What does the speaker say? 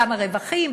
גם הרווחים,